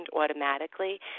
automatically